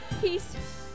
Peace